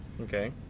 Okay